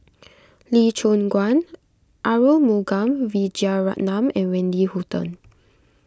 Lee Choon Guan Arumugam Vijiaratnam and Wendy Hutton